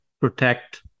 protect